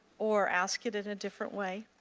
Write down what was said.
or ask it in a different way.